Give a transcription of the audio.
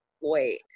wait